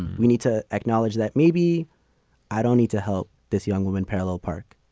we need to acknowledge that maybe i don't need to help this young woman. pallo park,